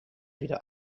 wieder